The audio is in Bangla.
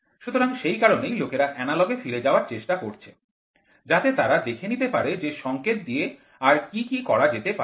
সুতরাং সেই কারণেই লোকেরা এনালগ এ ফিরে যাওয়ার চেষ্টা করছে যাতে তারা দেখে নিতে পারে যে সংকেত দিয়ে আর কি কি করা যেতে পারে